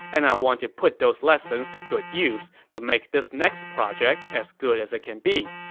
and i want to put those lessons to good use to make this next project as good as it can be.